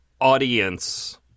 audience